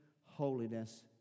holiness